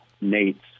Nate's